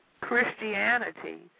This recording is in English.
Christianity